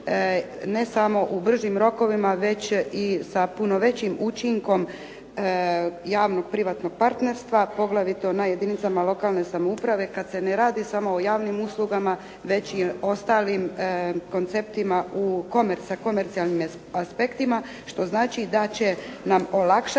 ne samo u bržim rokovima, već i sa puno većim učinkom javno privatnog partnerstva poglavito na jedinicama lokalne samouprave kada se ne radi samo o javnim uslugama, već i ostalim konceptima sa komercijalnim aspektima, što znači da će nam olakšati